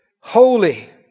holy